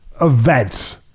events